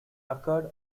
occurred